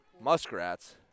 Muskrats